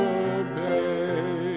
obey